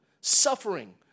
suffering